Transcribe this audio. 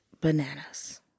bananas